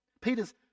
Peter's